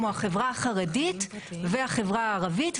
כמו החברה החרדית והחברה הערבית,